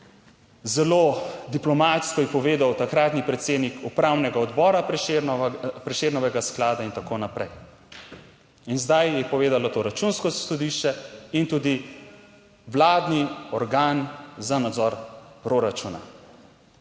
zelo diplomatsko je povedal takratni predsednik upravnega odbora Prešernovega sklada in tako naprej. In zdaj je povedalo to Računsko sodišče in tudi vladni organ za nadzor proračuna.